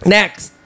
Next